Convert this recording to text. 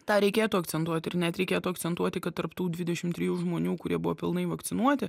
tą reikėtų akcentuoti ir net reikėtų akcentuoti kad tarp tų dvidešimt trijų žmonių kurie buvo pilnai vakcinuoti